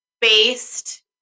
based